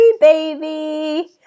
baby